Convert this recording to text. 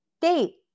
Date